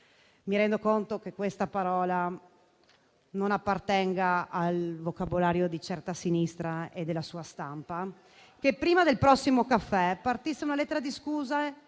mi rendo conto che questa parola non appartenga al vocabolario di certa sinistra e della sua stampa, che prima del prossimo caffè partisse una lettera di scuse